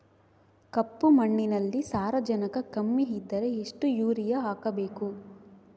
ಕಪ್ಪು ಮಣ್ಣಿನಲ್ಲಿ ಸಾರಜನಕ ಕಮ್ಮಿ ಇದ್ದರೆ ಎಷ್ಟು ಯೂರಿಯಾ ಹಾಕಬೇಕು?